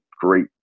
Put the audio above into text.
great